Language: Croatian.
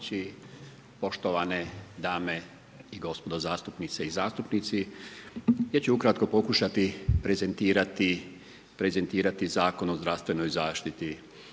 poštovane dame i gospodo zastupnice i zastupnici, ja ću ukratko pokušati prezentirati Zakon o zdravstvenoj zaštiti.